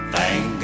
Thank